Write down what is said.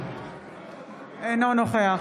אינו נוכח